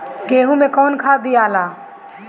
गेहूं मे कौन खाद दियाला?